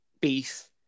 beef